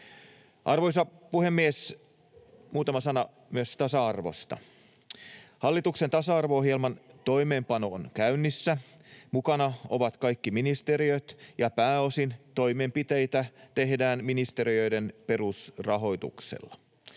Arvoisa puhemies! Muutama sana myös tasa-arvosta: Hallituksen tasa-arvo-ohjelman toimeenpano on käynnissä. Mukana ovat kaikki ministeriöt, ja pääosin toimenpiteitä tehdään ministeriöiden perusrahoituksella.